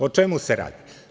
O čemu se radi?